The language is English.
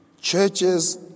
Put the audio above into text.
churches